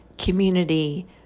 community